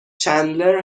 چندلر